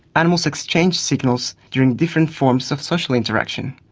animals exchange signals during different forms of social interaction.